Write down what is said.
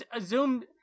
Zoom